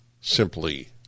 simply